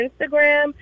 Instagram